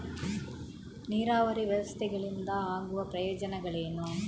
ನೀರಾವರಿ ವ್ಯವಸ್ಥೆಗಳಿಂದ ಆಗುವ ಪ್ರಯೋಜನಗಳೇನು?